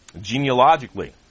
genealogically